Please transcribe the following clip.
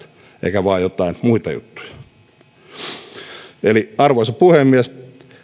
eikä vain jotain muita juttuja arvoisa puhemies